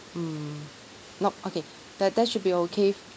mm nope okay that that should be okay